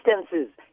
instances